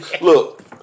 Look